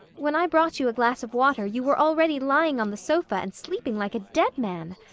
when i brought you a glass of water you were already lying on the sofa and sleeping like a dead man.